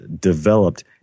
developed